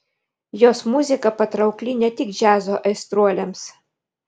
jos muzika patraukli ne tik džiazo aistruoliams